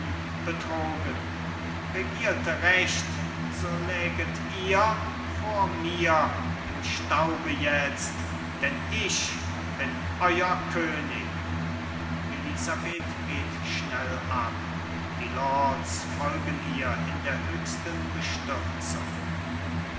betrogen regierte recht so läget ihr vor mir im staube jetzt denn ich bin euer könig elisabeth geht schnell ab die lords folgen ihr in der höchsten bestürzung